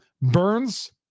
Burns